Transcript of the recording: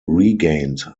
regained